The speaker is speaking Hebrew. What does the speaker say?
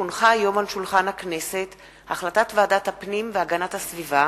כי הונחה היום על שולחן הכנסת החלטת ועדת הפנים והגנת הסביבה,